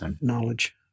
knowledge